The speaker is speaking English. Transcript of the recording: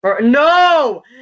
No